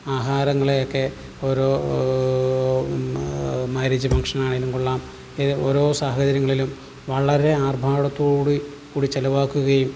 ആഹാരങ്ങളെയൊക്കെ ഒരു മാര്യേജ് ഫംഗ്ഷനാണെങ്കിലും കൊള്ളാം ഇങ്ങനെ ഓരോ സാഹചര്യങ്ങളിലും വളരെ ആർഭാടത്തോട് കൂടി ചിലവാക്കുകയും